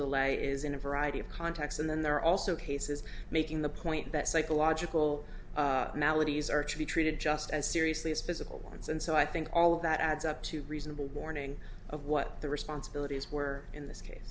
delay is in a variety of contexts and then there are also cases making the point that psychological maladies are to be treated just as seriously as physical ones and so i think all of that adds up to reasonable warning of what the responsibilities were in this case